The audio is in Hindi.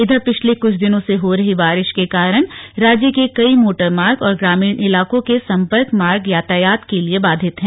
इधर पिछले दिनों से हो रही बारिश के कारण राज्य के कई मोटर मार्ग और ग्रामीण इलाकों के संपर्क मार्ग यातायात के लिए बाधित हैं